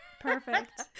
perfect